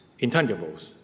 intangibles